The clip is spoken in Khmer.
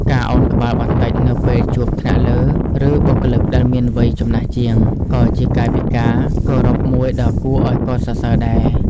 ការឱនក្បាលបន្តិចនៅពេលជួបថ្នាក់លើ ឬបុគ្គលដែលមានវ័យចំណាស់ជាង ក៏ជាកាយវិការគោរពមួយដ៏គួរឲ្យកោតសរសើរដែរ។